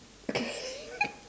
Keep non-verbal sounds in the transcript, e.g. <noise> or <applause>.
okay <laughs>